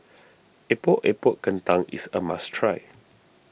Epok Epok Kentang is a must try